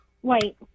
White